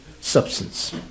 substance